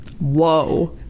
Whoa